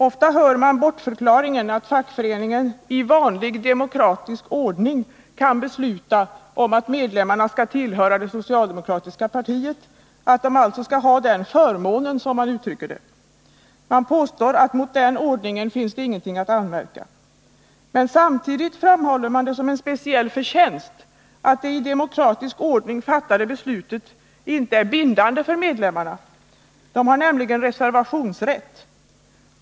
Ofta hör man bortförklaringen att fackföreningen i vanlig demokratisk ordning kan besluta om att medlemmarna skall tillhöra det socialdemokratiska partiet, att de alltså skall ha den ”förmånen”, som man uttrycker det. Man påstår att mot den ordningen finns det ingenting att anmärka. Men samtidigt framhåller man det som en speciell förtjänst att dessa i demokratisk ordning fattade beslut inte är bindande för medlemmarna. De har nämligen reservationsrätt.